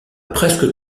presque